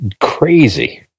crazy